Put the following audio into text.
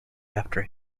after